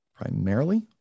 primarily